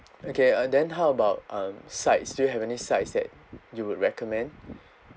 okay uh then how about um sides do you have any sides that you would recommend